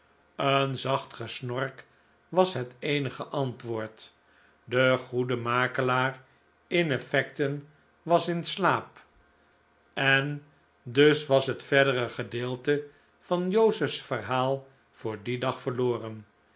een zacht gesnork was het eenige antwoord de goede makelaar in effecten was in slaap en dus was het verdere gedeelte van joseph's verhaal voor dien dag verloren